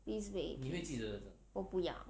please babe 我不要